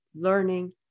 learning